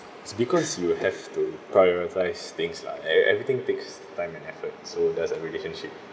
because you have to prioritise things lah ev~ everything takes time and effort so does a relationship